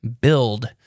build